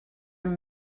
amb